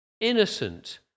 innocent